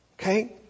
Okay